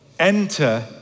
Enter